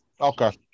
okay